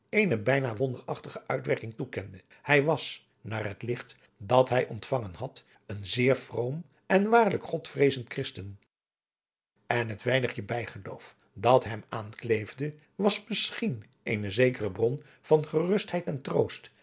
eene bijna wonderdadige uitwerking toekende hij was naar het licht dat hij ontvangen had een zeer vroom en waarlijk godvreezend christen en het weinigje bijgeloof dat hem aankleefde was misschien eene zekere bron van gerustheid en troost